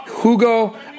Hugo